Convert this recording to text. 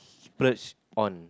splurge on